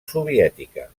soviètica